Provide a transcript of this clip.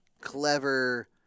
clever